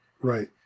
Right